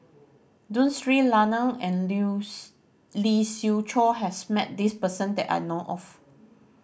Tun Sri Lanang and Lee Siew Choh has met this person that I know of